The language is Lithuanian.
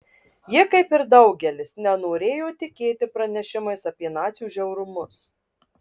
ji kaip ir daugelis nenorėjo tikėti pranešimais apie nacių žiaurumus